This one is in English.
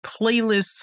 playlists